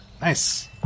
Nice